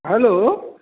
hello